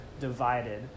divided